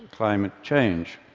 climate change.